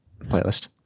playlist